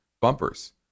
bumpers